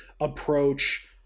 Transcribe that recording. approach